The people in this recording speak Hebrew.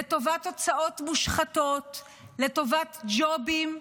לטובת הוצאות מושחתות, לטובת ג'ובים,